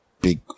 big